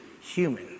human